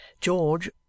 George